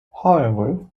however